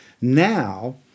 Now